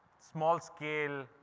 small scale